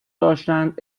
داشتند